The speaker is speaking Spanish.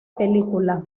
película